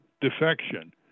defection